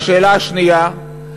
והשאלה השנייה,